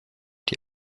die